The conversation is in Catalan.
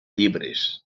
llibres